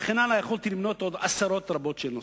וכן הלאה, יכולתי למנות עשרות רבות של נושאים.